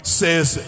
says